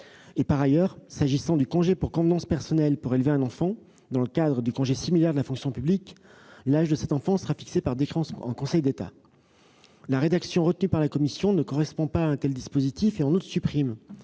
Par ailleurs, s'agissant du congé pour convenances personnelles pour élever un enfant, dans le cadre du congé similaire de la fonction publique, l'âge de cet enfant sera fixé par décret en Conseil d'État. La rédaction retenue par la commission ne correspond pas à un tel dispositif. En outre, elle supprime